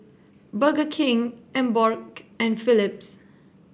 Burger King Emborg and Philips